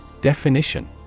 Definition